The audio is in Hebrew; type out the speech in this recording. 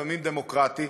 לפעמים דמוקרטי,